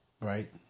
Right